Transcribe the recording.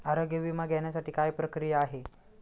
आरोग्य विमा घेण्यासाठी काय प्रक्रिया आहे?